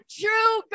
true